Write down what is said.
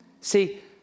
See